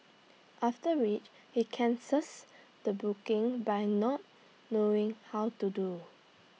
after which he cancels the booking by not knowing how to do